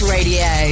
Radio